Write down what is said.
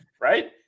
right